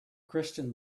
christian